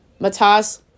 Matas